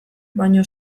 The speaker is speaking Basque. baino